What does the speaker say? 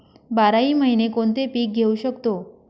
बाराही महिने कोणते पीक घेवू शकतो?